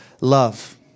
love